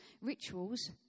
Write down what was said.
rituals